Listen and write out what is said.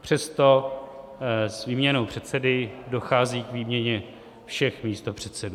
Přesto s výměnou předsedy dochází k výměně všech místopředsedů.